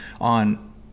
on